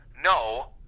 no